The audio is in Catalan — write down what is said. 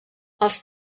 els